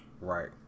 Right